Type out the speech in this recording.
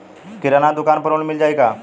किराना दुकान पर लोन मिल जाई का?